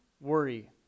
Worry